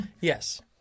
yes